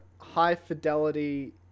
high-fidelity